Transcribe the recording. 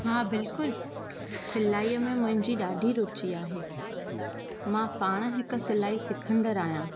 हा बिल्कुलु सिलाईअ में मुंहिंजी ॾाढी रुची आहे मां पाण हिकु सिलाई सिखंदड़ु आहियां